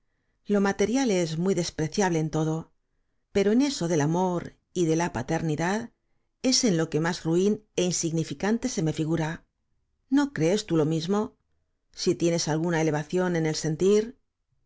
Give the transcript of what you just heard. lo material es muy despreciable en todo pero en eso del amor y de la paternidad es en lo que más ruin é insignificante se me figura no crees tú lo mism o si tienes alguna elevación en el